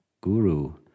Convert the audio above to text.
guru